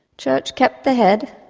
church kept the head,